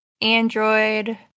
Android